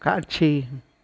காட்சி